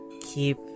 keep